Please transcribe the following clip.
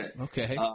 Okay